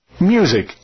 Music